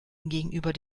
gegenüber